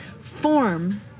form